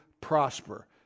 prosper